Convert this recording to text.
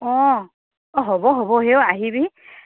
অঁ অঁ হ'ব হ'ব সেই ও আহিবি